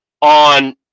on